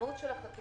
המהות של החקיקה,